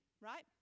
right